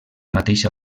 mateixa